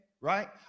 right